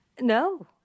No